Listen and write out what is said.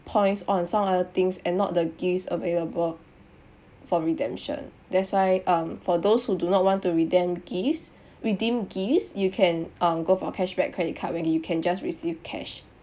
points on some other things and not the gifts available for redemption that's why um for those who do not want to redeem gifts redeem gifts you can um go for cashback credit card where you can just receive cash